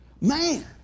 Man